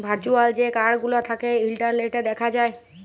virtual যে card গুলা থ্যাকে ইলটারলেটে দ্যাখা যায়